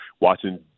watching